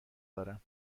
دارم